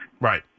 Right